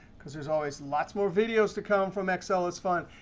because there's always lots more videos to come from excelisfun.